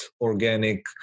organic